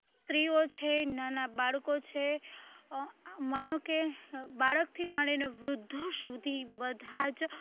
સ્ત્રીઓ છે નાના બાળકો છે માનો કે બાળકથી માંડીને વૃદ્ધો સુધી બધાં જ